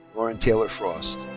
lauren taylor frost.